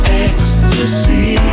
ecstasy